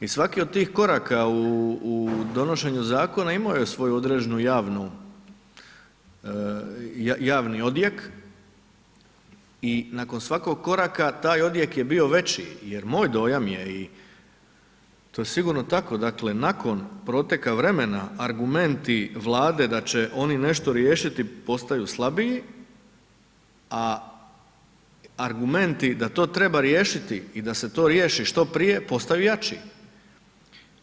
I svaki od tih koraka u donošenju zakona imao je svoj određeni javni odjek i nakon svakog koraka, taj odjek je bio veći jer moj dojam je i to sigurno je tako, dakle nakon proteka vremena argumenti Vlade da će oni nešto riješiti, postaju slabiji, a argumenti da to treba riješiti i da se to riješi što prije, postaju jači